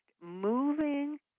moving